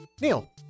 Neil